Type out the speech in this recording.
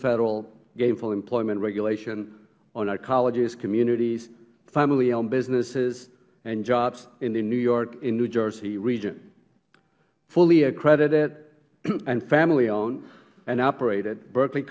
federal gainful employment regulation on our colleges communities family owned businesses and jobs in the new york and new jersey region fully accredited and family owned and operated berkeley